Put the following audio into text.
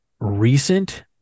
Recent